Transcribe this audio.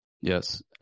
Yes